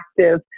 active